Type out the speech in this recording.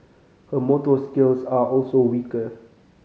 her motor skills are also weaker